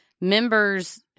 members